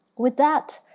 with that,